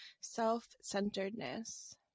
self-centeredness